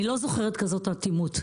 אני לא זוכרת כזאת אטימות.